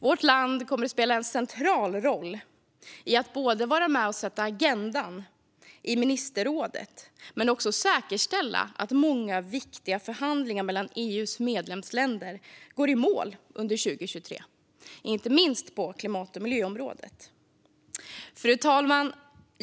Vårt land kommer att spela en central roll i att vara med och sätta agendan i ministerrådet men också i att säkerställa att många viktiga förhandlingar mellan EU:s medlemsländer går i mål under 2023, inte minst på klimat och miljöområdet. Fru talman!